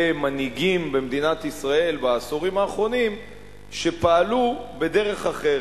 מנהיגים במדינת ישראל בעשורים האחרונים שפעלו בדרך אחרת.